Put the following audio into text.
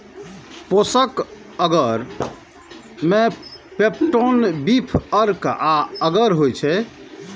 पोषक अगर मे peptone, beef अर्क आ अगर होइ छै